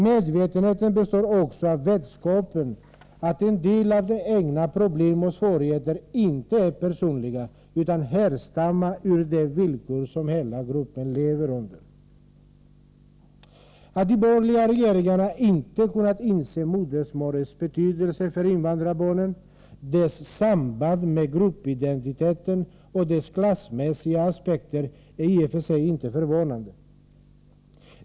Medvetenheten består också i vetskapen om att en del av de egna problemen och svårigheterna inte är personliga utan härstammar ur de villkor som hela gruppen lever under. Att de borgerliga regeringarna inte kunnat inse modersmålets betydelse för invandrarbarnen, dess samband med gruppidentiteten och dess klassmässiga aspekter är i och för sig inte förvånande.